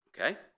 Okay